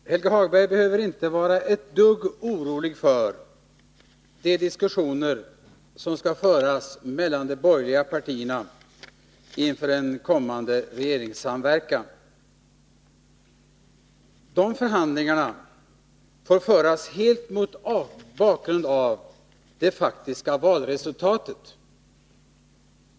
Herr talman! Helge Hagberg behöver inte vara ett dugg orolig för de diskussioner som skall föras mellan de borgerliga partierna inför en kommande regeringssamverkan. De förhandlingarna får föras helt mot bakgrund av det faktiska valresultatet.